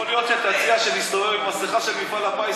יכול להיות שתציע שנסתובב עם מסכה של מפעל הפיס,